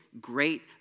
great